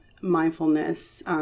mindfulness